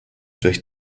durch